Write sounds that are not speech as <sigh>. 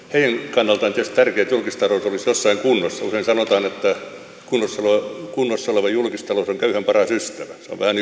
kannaltaan on tietysti tärkeää että julkistalous olisi jossain kunnossa usein sanotaan että kunnossa oleva julkistalous on köyhän paras ystävä se on vähän <unintelligible>